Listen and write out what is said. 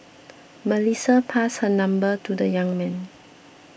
Melissa passed her number to the young man